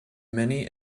many